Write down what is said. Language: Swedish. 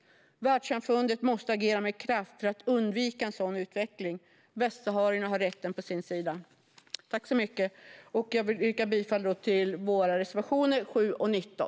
Världssamfundet måste agera med kraft för att undvika en sådan utveckling. Västsaharierna har rätten på sin sida. Jag yrkar bifall till våra reservationer 7 och 19.